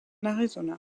arizona